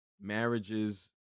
marriages